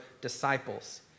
disciples